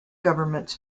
governments